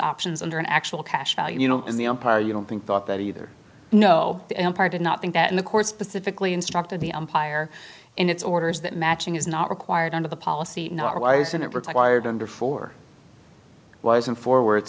options under an actual cash value you know in the empire you don't think thought that either no empire did not think that the court specifically instructed the umpire in its orders that matching is not required under the policy or why isn't it retired under four wires and forward